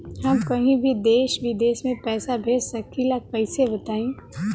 हम कहीं भी देश विदेश में पैसा भेज सकीला कईसे बताई?